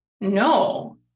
no